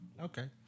Okay